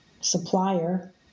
supplier